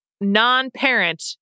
non-parent